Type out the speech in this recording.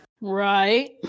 Right